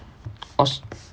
aus~